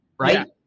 Right